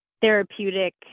therapeutic